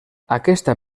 aquesta